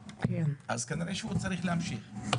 אז כנראה שהוא צריך להמשיך.